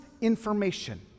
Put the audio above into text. information